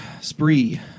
Spree